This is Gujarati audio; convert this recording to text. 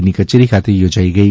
ની કચેરી ખાતે યોજાઈ ગઈ